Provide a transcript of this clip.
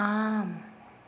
ஆம்